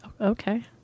Okay